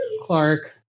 Clark